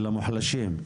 המוחלשים,